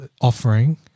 offering